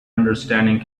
understanding